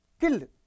killed